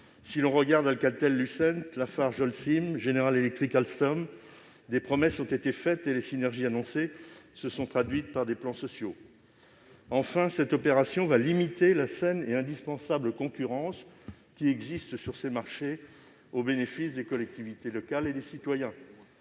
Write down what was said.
Si l'on regarde Alcatel Lucent, Lafarge Holcim ou General Electric Alstom, des promesses ont été faites, mais les synergies annoncées se sont traduites par des plans sociaux. C'est vrai ! Enfin, cette opération va limiter la saine et indispensable concurrence qui existe sur ces marchés au bénéfice des collectivités locales et des citoyens.